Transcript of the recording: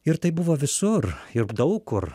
ir tai buvo visur ir daug kur